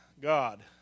God